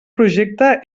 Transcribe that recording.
projecte